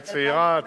את צעירה,